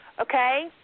okay